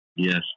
Yes